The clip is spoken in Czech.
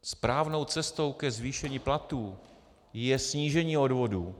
Správnou cestou ke zvýšení platů je snížení odvodů.